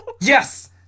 yes